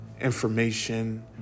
information